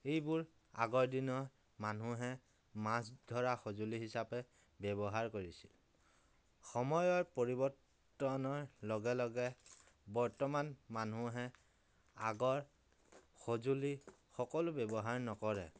এইবোৰ আগৰ দিনৰ মানুহে মাছ ধৰা সঁজুলি হিচাপে ব্য়ৱহাৰ কৰিছিল সময়ৰ পৰিৱৰ্তনৰ লগে লগে বৰ্তমান মানুহে আগৰ সঁজুলি সকলো ব্য়ৱহাৰ নকৰে